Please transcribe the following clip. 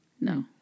No